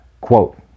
Quote